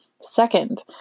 Second